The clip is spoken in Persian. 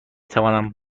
توانم